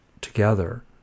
together